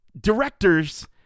directors